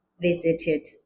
visited